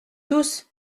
tous